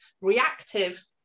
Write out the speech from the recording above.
reactive